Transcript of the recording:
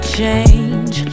change